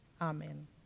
Amen